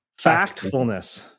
Factfulness